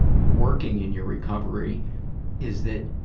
working in your recovery is that,